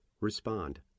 Respond